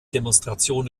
demonstration